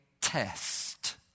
test